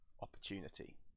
opportunity